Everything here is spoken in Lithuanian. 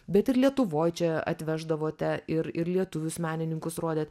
bet ir lietuvoj čia atveždavote ir ir lietuvius menininkus rodėt